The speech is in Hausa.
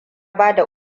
bada